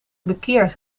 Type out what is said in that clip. bekeert